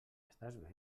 estàs